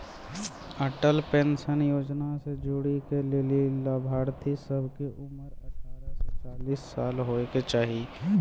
Atal pension योजना से जुड़ै के लेली लाभार्थी सभ के उमर अठारह से चालीस साल होय के चाहि